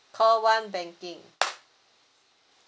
call one banking